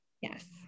Yes